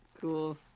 Cool